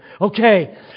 Okay